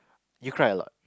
you cry a lot